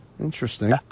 Interesting